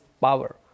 power